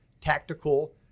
tactical